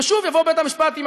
ושוב יבוא בית-המשפט עם